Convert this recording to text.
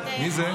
מי זה?